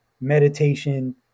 meditation